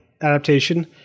adaptation